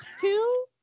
Two